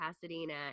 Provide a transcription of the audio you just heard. pasadena